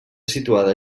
situada